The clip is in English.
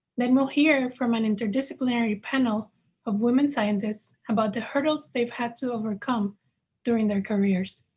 then we'll hear from an interdisciplinary panel of women scientists about the hurdles they had to overcome during their careers